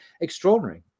extraordinary